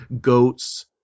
goats